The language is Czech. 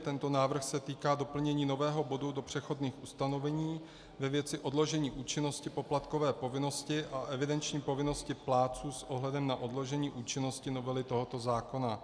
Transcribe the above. Tento návrh se týká doplnění nového bodu do přechodných ustanovení ve věci odložení účinnosti poplatkové povinnosti a evidenční povinnosti plátců s ohledem na odložení účinnosti novely tohoto zákona.